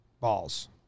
balls